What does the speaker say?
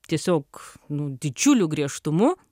tiesiog nu didžiuliu griežtumu